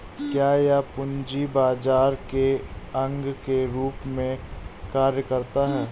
क्या यह पूंजी बाजार के अंग के रूप में कार्य करता है?